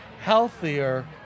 healthier